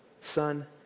Son